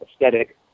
aesthetic